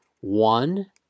one